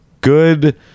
Good